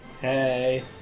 Hey